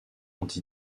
anti